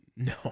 No